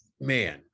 man